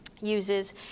uses